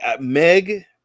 Meg